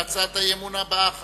על הצעת האי-אמון הבאה אחריה.